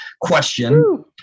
question